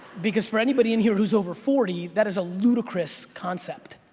because for anybody in here who's over forty, that is a ludicrous concept.